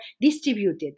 distributed